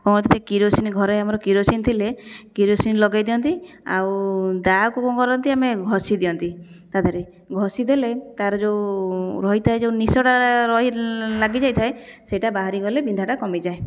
ଅଧରେ କିରୋସିନ୍ ଘରେ ଆମର କିରୋସିନ୍ ଥିଲେ କିରୋସିନ୍ ଲଗାଇ ଦିଅନ୍ତି ଆଉ ଦାଆକୁ କଣ କରନ୍ତି ଆମେ ଘଷି ଦିଅନ୍ତି ତା ଦେହରେ ଘଷି ଦେଲେ ତା'ର ଯେଉଁ ରହିଥାଏ ଯେଉଁ ନିଶଟା ରହି ଲାଗିଯାଇଥାଏ ସେହିଟା ବାହାରିଗଲେ ବିନ୍ଧାଟା କମିଯାଏ